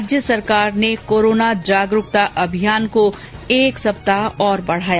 राज्य सरकार ने कोरोना जागरूकता अभियान को एक सप्ताह और बढ़ाया